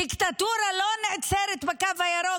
דיקטטורה לא נעצרת בקו הירוק.